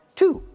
two